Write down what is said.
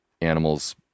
animals